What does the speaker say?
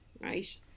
right